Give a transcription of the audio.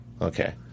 Okay